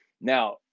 Now